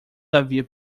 havia